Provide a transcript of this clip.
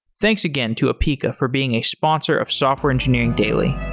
thanks again to apica for being a sponsor of software engineering daily